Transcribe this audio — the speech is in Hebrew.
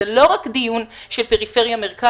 זה לא רק דיון של פריפריה-מרכז,